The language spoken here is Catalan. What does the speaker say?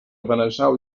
benasau